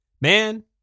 Man